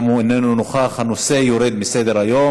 גם הוא איננו נוכח, הנושא יורד מסדר-היום.